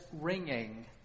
ringing